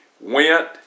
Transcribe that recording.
went